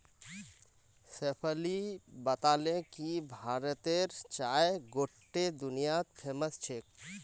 शेफाली बताले कि भारतेर चाय गोट्टे दुनियात फेमस छेक